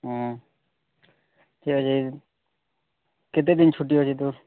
ହଁ କେ ଯାଇନ୍ କେତେ ଦିନ୍ ଛୁଟି ଅଛି ତୋର୍